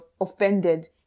offended